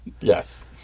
Yes